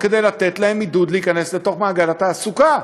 כדי לתת להם עידוד להיכנס לתוך מעגל התעסוקה.